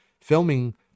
Filming